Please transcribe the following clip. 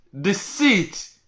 deceit